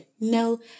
no